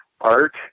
Art